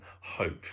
hope